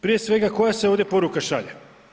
Prije svega, koja se ovdje poruka šalje?